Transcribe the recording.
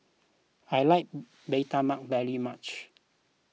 I like Bee Tai Mak very much